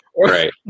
Right